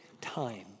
time